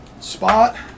Spot